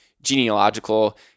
genealogical